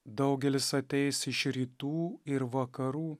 daugelis ateis iš rytų ir vakarų